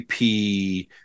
IP